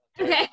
Okay